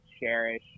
cherish